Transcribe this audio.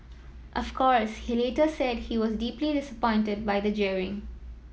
of course he later said he was deeply disappointed by the jeering